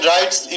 Rights